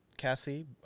Cassie